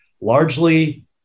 largely